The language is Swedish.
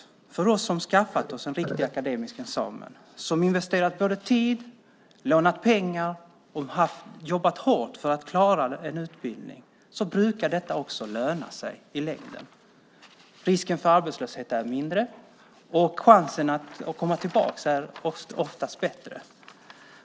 Det brukar löna sig i längden för oss som skaffat en akademisk examen, som investerat tid, lånat pengar och jobbat hårt för att klara en utbildning. Risken för arbetslöshet är mindre. Chansen att komma tillbaka är ofta bättre.